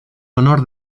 honor